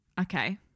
Okay